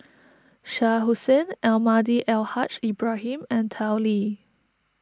Shah Hussain Almahdi Al Haj Ibrahim and Tao Li